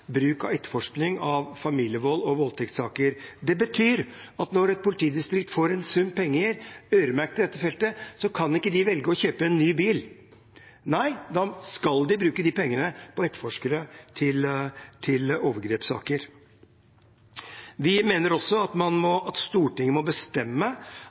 bruk av etterforskning av familievold og voldtektssaker. Det betyr at når et politidistrikt får en sum penger øremerket til dette feltet, kan de ikke velge å kjøpe en ny bil. Nei, da skal de bruke de pengene på etterforskere til overgrepssaker. Vi mener også at Stortinget må bestemme